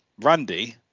Randy